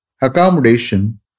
accommodation